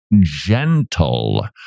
gentle